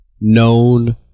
known